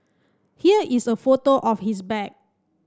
here is a photo of his bag